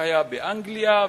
שהיה באנגליה,